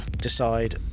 decide